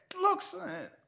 Looks